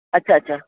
अच्छा च्छा